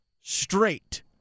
straight